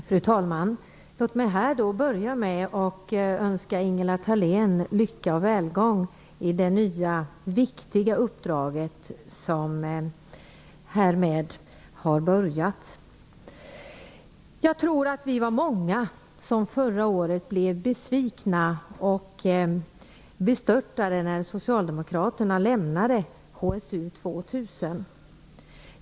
Fru talman! Låt mig börja med att önska Ingela Thalén lycka och välgång i det nya viktiga uppdraget, som härmed har börjat. Jag tror att vi var många som förra året blev besvikna och bestörta när socialdemokraterna lämnade HSU 2000.